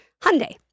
Hyundai